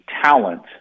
talent